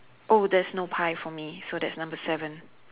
oh there's no pie for me so that's number seven